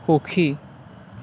সুখী